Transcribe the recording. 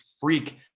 freak